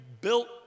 built